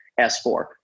S4